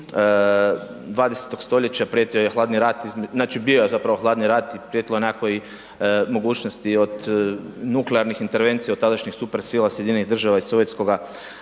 20.-og stoljeća prijetio je Hladni rat, znači bio je zapravo Hladni rat i prijetilo je nekakvo i mogućnosti od nuklearnih intervencija od tadašnjih super sila, Sjedinjenih država i Sovjetskoga saveza,